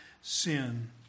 sin